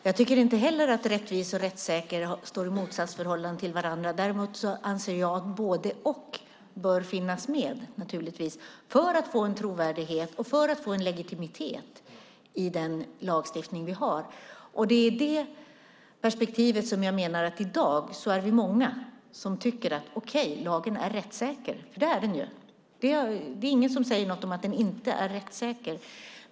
Herr talman! Jag tycker inte heller att rättvis och rättssäker står i motsatsförhållande till varandra. Därmed anser jag att både och bör finnas med för att få en trovärdighet och en legitimitet i den lagstiftning vi har. I det perspektivet menar jag att vi i dag är många som tycker att lagen är rättssäker. Det är ingen som säger någonting om att den inte är rättssäker.